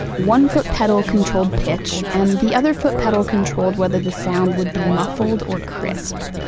one foot pedal controlled pitch, and the other foot pedal controlled whether the sound would be muffled or crisp.